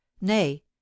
Nay